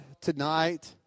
tonight